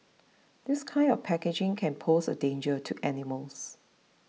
this kind of packaging can pose a danger to animals